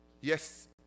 Yes